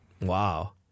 Wow